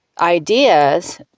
ideas